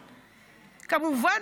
כמובן,